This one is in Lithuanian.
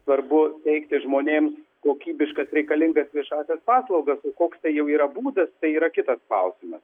svarbu teikti žmonėms kokybiškas reikalingas viešąsias paslaugas koks tai jau yra būdas yra kitas klausimas